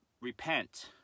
Repent